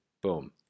boom